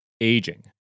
Aging